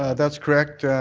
that's correct.